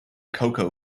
cocoa